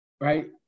Right